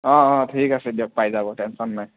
অঁ অঁ ঠিক আছে দিয়ক পাই যাব টেনচন নল'ব